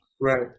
right